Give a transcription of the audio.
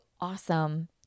awesome